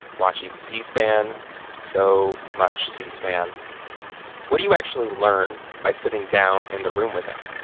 watching c-span so much c-span what do you actually learn by sitting down in the room with him?